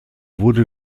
wurde